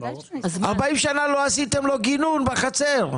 40 שנה לא עשיתם לו גינון בחצר.